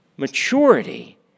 Maturity